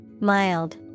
Mild